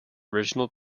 original